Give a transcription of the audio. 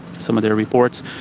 some of their reports.